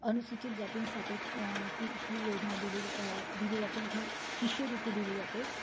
अनुसूचित जातींसाठी ती ही योजना दिली दिली जाते ही शिष्यवृत्ती दिली जाते